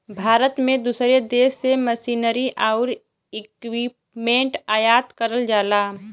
भारत में दूसरे देश से मशीनरी आउर इक्विपमेंट आयात करल जाला